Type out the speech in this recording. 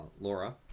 Laura